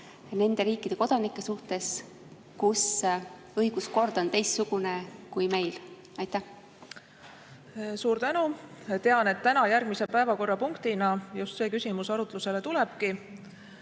nende riikide kodanike suhtes, kus õiguskord on teistsugune kui meil? Suur tänu! Tean, et täna järgmise päevakorrapunktina just see küsimus arutlusele tulebki.